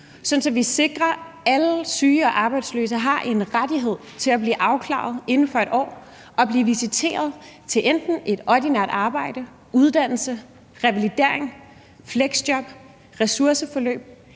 at vi sikrer, at alle syge og arbejdsløse har en rettighed til at blive afklaret inden for 1 år og blive visiteret til enten et ordinært arbejde, uddannelse, revalidering, fleksjob, ressourceforløb